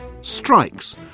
strikes